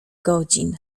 godzin